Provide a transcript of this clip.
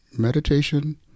Meditation